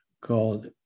called